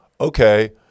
okay